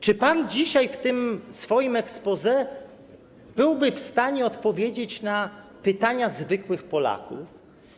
Czy pan dzisiaj w tym swoim exposé byłby w stanie odpowiedzieć na pytania zwykłych Polaków?